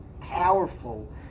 Powerful